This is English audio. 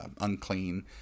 unclean